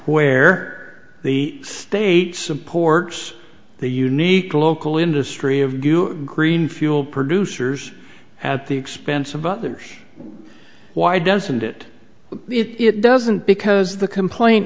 where the state supports the unique local industry of green fuel producers at the expense of others why doesn't it but it doesn't because the complaint